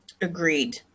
Agreed